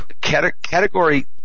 Category